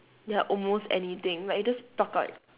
ya almost anything like you just pluck out